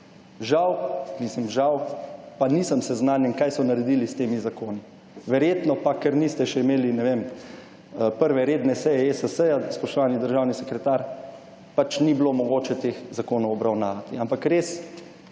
žal, mislim žal, pa nisem seznanjen, kaj so naredili s temi zakoni. Verjetno pa, ker niste še imeli, ne vem, prve redne seje ESS-ja, spoštovani državni sekretar, pač ni bilo mogoče teh zakonov obravnavati. Ampak res,